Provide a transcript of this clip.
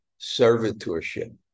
servitorship